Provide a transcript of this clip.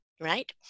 Right